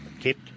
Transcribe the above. kept